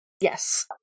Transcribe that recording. Yes